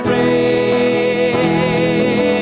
a